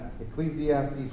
Ecclesiastes